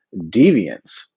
deviance